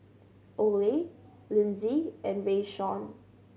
Ole Linzy and Rayshawn